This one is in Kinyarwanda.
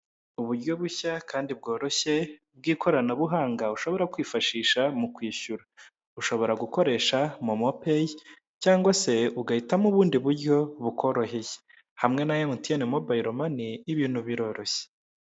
Uburyo bushya kandi bworoshye bw'ikoranabuhanga ushobora kwifashisha mu kwishyura ushobora gukoresha momopeyi cyangwa se ugahitamo ubundi buryo bukoroheye hamwe na emutiyeni mobayiro mani ibintu biroroshye.